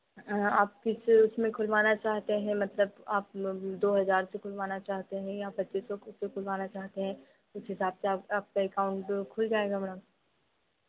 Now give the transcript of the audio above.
आप किस उसमें खुलवाना चाहते हैं मतलब आप दो हज़ार से खुलवाना चाहते हैं या पच्चीस सौ से खुलवाना चाहते हैं उस हिसाब से अब आपका एकाउंट खुल जाएगा मैडम